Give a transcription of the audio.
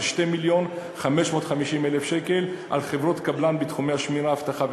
2 מיליון ו-550,000 שקל על חברות קבלן בתחומי האבטחה,